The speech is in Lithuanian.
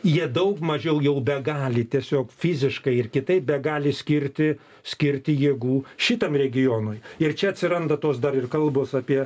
jie daug mažiau jau begali tiesiog fiziškai ir kitaip begali skirti skirti jėgų šitam regionui ir čia atsiranda tos dar ir kalbos apie